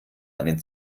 einen